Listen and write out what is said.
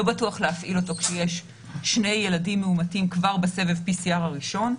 לא בטוח להפעיל אותו כשיש שני ילדים מאומתים כבר בסבב PCR ראשון,